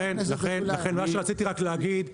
מה שרציתי להגיד,